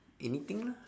anything lah